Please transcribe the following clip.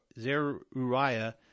Zeruiah